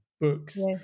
books